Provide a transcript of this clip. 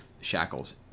shackles